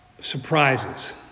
surprises